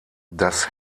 dass